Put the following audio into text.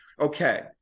Okay